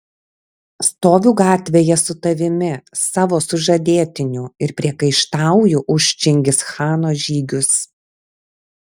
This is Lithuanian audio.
stoviu gatvėje su tavimi savo sužadėtiniu ir priekaištauju už čingischano žygius